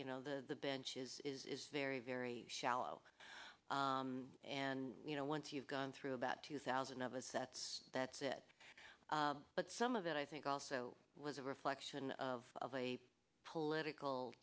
you know the benches is very very shallow and you know once you've gone through about two thousand of us that's that's it but some of it i think also was a reflection of a political